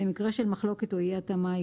במקרה של מחלוקת או אי התאמה,